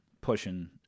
pushing